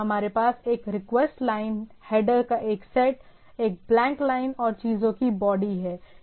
हमारे पास एक रिक्वेस्ट लाइन हेडर्स का एक सेट एक ब्लैंक लाइन और चीजों की बॉडी है